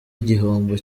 igihombo